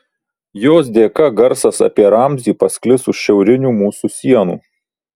jos dėka garsas apie ramzį pasklis už šiaurinių mūsų sienų